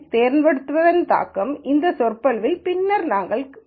தேர்ந்தெடுப்பதன் தாக்கத்தை இந்த சொற்பொழிவில் பின்னர் நாங்கள் காண்போம்